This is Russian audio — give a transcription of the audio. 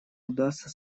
удастся